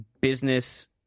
business –